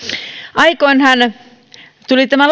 aikoinaan tuli tämä